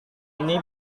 ini